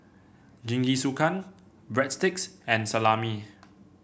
Jingisukan Breadsticks and Salami